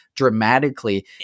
dramatically